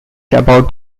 about